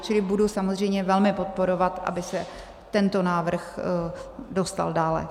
Čili budu samozřejmě velmi podporovat, aby se tento návrh dostal dále.